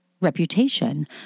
reputation